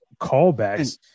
callbacks